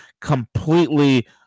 completely